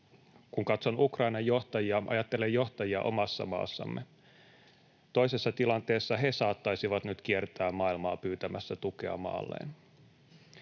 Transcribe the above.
Kun katson Ukrainan johtajia, ajattelen johtajia omassa maassamme: toisessa tilanteessa he saattaisivat nyt kiertää maailmaa pyytämässä tukea maalleen.